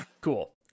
cool